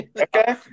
Okay